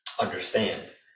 understand